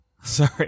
Sorry